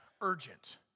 urgent